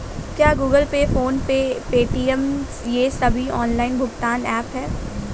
क्या Google Pay PhonePe Paytm ये सभी ऑनलाइन भुगतान ऐप हैं?